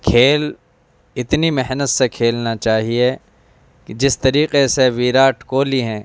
کھیل اتنی محنت سے کھیلنا چاہیے کہ جس طریقے سے وراٹ کوہلی ہیں